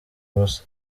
ubusa